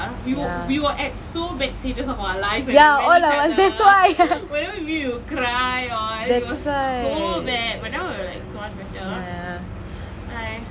we will we will at so bad stages of our life when we met each other whenever we meet we will cry all it was so bad but now we're like so much better !aiya!